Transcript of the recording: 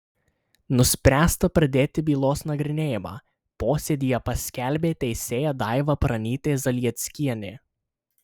nuspręsta pradėti bylos nagrinėjimą posėdyje paskelbė teisėja daiva pranytė zalieckienė